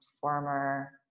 former